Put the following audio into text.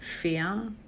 fear